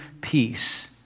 peace